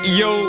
yo